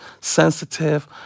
sensitive